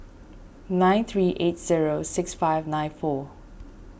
nine three eight zero six five nine four